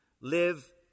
live